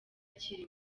kirimo